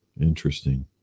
Interesting